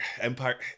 Empire